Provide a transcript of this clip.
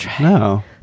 No